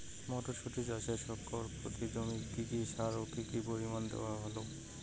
মটরশুটি চাষে শতক প্রতি জমিতে কী কী সার ও কী পরিমাণে দেওয়া ভালো?